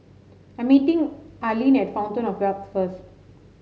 I'm meeting Arline at Fountain Of Wealth first